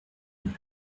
deux